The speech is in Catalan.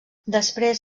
després